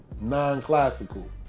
non-classical